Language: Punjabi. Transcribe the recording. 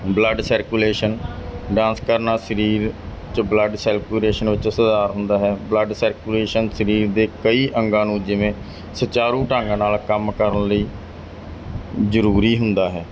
ਬਲੱਡ ਸਰਕੂਲੇਸ਼ਨ ਡਾਂਸ ਕਰਨਾ ਸਰੀਰ 'ਚ ਬਲੱਡ ਸੈਲਕੂਰੇਸ਼ਨ ਵਿੱਚ ਸੁਧਾਰ ਹੁੰਦਾ ਹੈ ਬਲੱਡ ਸਰਕੂਲੇਸ਼ਨ ਸਰੀਰ ਦੇ ਕਈ ਅੰਗਾਂ ਨੂੰ ਜਿਵੇਂ ਸੁਚਾਰੂ ਢੰਗ ਨਾਲ ਕੰਮ ਕਰਨ ਲਈ ਜ਼ਰੂਰੀ ਹੁੰਦਾ ਹੈ